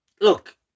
look